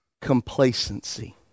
complacency